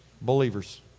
Believers